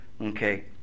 okay